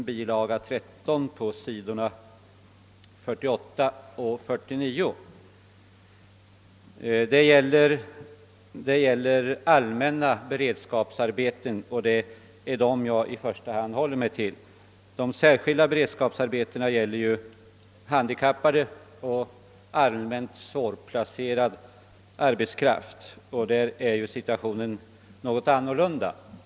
Jag håller mig i första hand till sidorna 48 och 49, som gäller aillmänna beredskapsarbeten. De särskilda beredskapsarbetena avser ju handikappade och allmänt svårplacerad arbetskraft, så där är situationen något annorlunda.